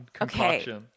okay